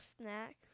snack